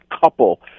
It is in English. couple